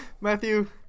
Matthew